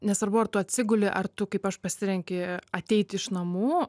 nesvarbu ar tu atsiguli ar tu kaip aš pasirenki ateiti iš namų